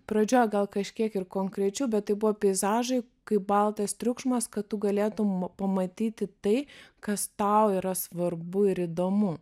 pradžioj gal kažkiek ir konkrečių bet tai buvo peizažai kaip baltas triukšmas kad tu galėtum pamatyti tai kas tau yra svarbu ir įdomu